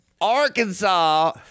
Arkansas